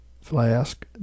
flask